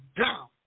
down